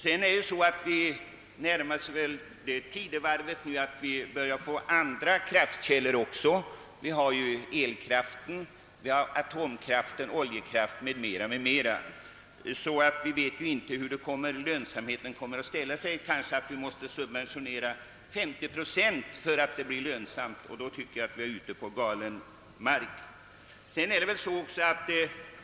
Vi närmar oss också den tid då vi mer allmänt kanräkna med andra kraftkällor såsom elkraft, atomkraft, oljekraft m.m. Vi vet inte hur det då kommer att bli med lönsamheten hos vedeldningen. Vi kanske måste subventionera ca 50 procent för att den skall bli lönsam, och då är vi ute på galen väg.